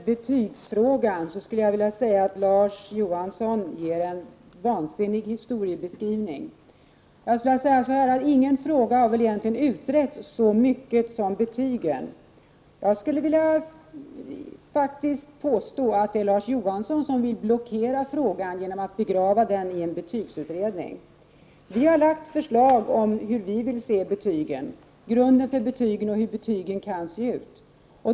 Herr talman! När det gäller betygsfrågan ger Larz Johansson en vansinnig historiebeskrivning. Ingen fråga har väl egentligen utretts så mycket som betygen. Jag vill påstå att det faktiskt är Larz Johansson som vill blockera frågan genom att begrava den i en betygsutredning. 43 Vi i moderaterna har lagt förslag om hur vi vill se betygen, grunden för betygen och hur betygen kan se ut.